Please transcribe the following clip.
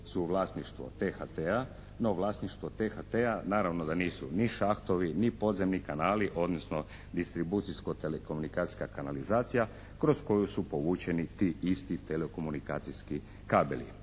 su vlasništvo THT, no vlasništvo THT-a naravno da nisu ni šahtovi, ni podzemni kanali, odnosno distribucijsko-telekomunikacijska kanalizacija kroz koju su povučeni ti isti telekomunikacijski kabeli.